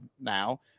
now